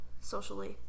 socially